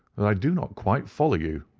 that i do not quite follow you.